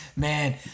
Man